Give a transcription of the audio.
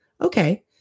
Okay